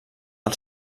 del